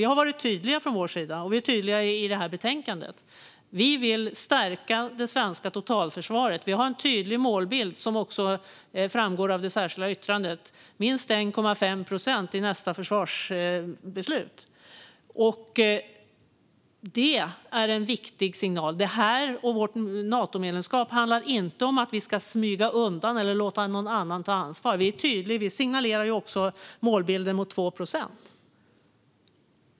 Vi har varit tydliga och är tydliga i betänkandet med att vi vill stärka det svenska totalförsvaret. Vi har en tydlig målbild om minst 1,5 procent i nästa försvarsbeslut, vilket också framgår av det särskilda yttrandet. Det är en viktig signal. Detta och vårt Natomedlemskap handlar inte om att vi ska smita undan eller låta någon annan ta ansvar. Vi är tydliga och signalerar också målbilden 2 procent.